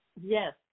Yes